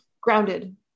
grounded